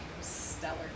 Stellar